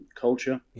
culture